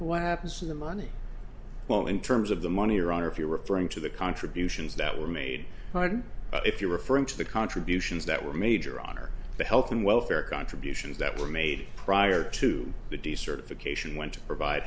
what happens in the money well in terms of the money around or if you're referring to the contributions that were made martin but if you're referring to the contributions that were major honor the health and welfare contributions that were made prior to the decertification went to provide